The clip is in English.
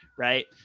right